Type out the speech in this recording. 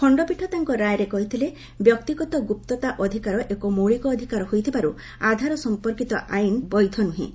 ଖଣ୍ଡପୀଠ ତାଙ୍କ ରାୟରେ କହିଥିଲେ ବ୍ୟକ୍ତିଗତ ଗ୍ରପ୍ତତା ଅଧିକାର ଏକ ମୌଳିକ ଅଧିକାର ହୋଇଥିବାର୍ ଆଧାର ସଂପର୍କୀତ ଆଇନ୍ ବୈଧ ନୁହେଁ